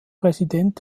präsident